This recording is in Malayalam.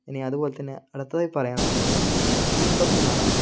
ഇനി അതുപോലെതന്നെ അടുത്തതായി പറയാനുള്ളത് കുത്തബ്മിനാറാണ്